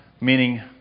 meaning